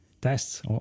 Tests